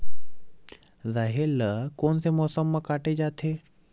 राहेर ल कोन से मौसम म काटे जाथे?